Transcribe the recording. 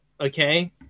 okay